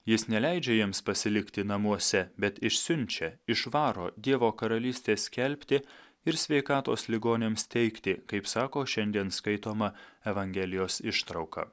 jis neleidžia jiems pasilikti namuose bet išsiunčia išvaro dievo karalystę skelbti ir sveikatos ligoniams teikti kaip sako šiandien skaitoma evangelijos ištrauka